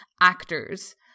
actors